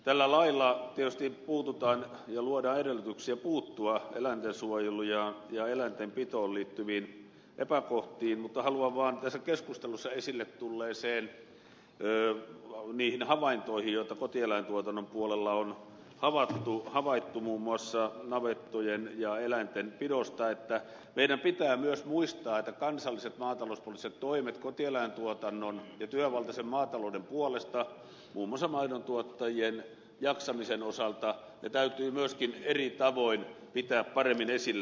tällä lailla tietysti puututaan ja luodaan edellytyksiä puuttua eläintensuojeluun ja eläintenpitoon liittyviin epäkohtiin mutta haluan vaan puuttua niihin tässä keskustelussa esille tulleisiin havaintoihin joita kotieläintuotannon puolella on havaittu muun muassa navetoista ja eläintenpidosta että meidän pitää myös muistaa että kansalliset maatalouspoliittiset toimet kotieläintuotannon ja työvaltaisen maatalouden puolesta muun muassa maidontuottajien jaksamisen osalta täytyy myöskin eri tavoin pitää paremmin esillä